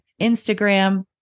Instagram